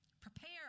Prepare